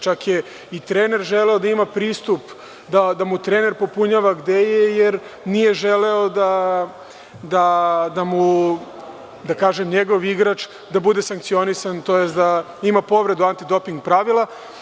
Čak je i trener želeo da ima pristup, da mu trener popunjava gde je, jer nije želeo da njegov igrač bude sankcionisan, tj. da ima povredu antidoping prava.